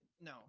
No